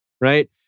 Right